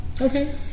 Okay